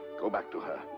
go back to her.